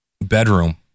bedroom